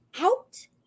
Out